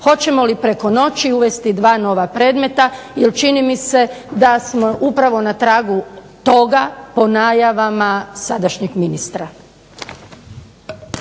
Hoćemo li preko noći uvesti dva nova predmeta, jer čini mi se da smo upravo na tragu toga po najavama sadašnjeg ministra.